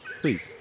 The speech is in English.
Please